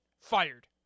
fired